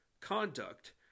conduct